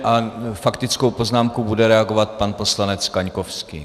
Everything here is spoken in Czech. A faktickou poznámkou bude reagovat pan poslanec Kaňkovský.